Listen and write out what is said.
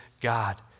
God